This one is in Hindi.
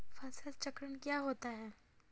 फसल चक्रण क्या होता है?